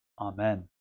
Amen